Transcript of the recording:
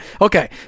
Okay